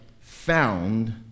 found